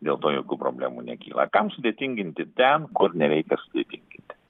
dėl to jokių problemų nekyla kam sudėtinginti ten kur nereikia sudėtinginti